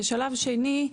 כשלב שני,